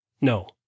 No